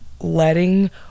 letting